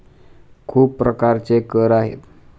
खूप प्रकारचे कर आहेत